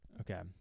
Okay